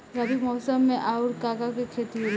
रबी मौसम में आऊर का का के खेती होला?